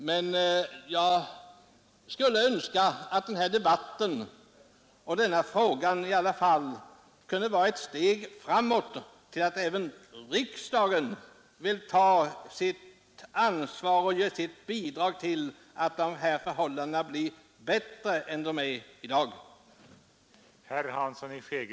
Men jag skulle önska att debatten i dag kunde betyda ett steg framåt, att även riksdagen kände sitt ansvar i denna fråga och ville lämna sitt bidrag till att förhållandena på detta område blir bättre än de är i dag.